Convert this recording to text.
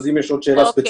אז אם יש שאלה ספציפית,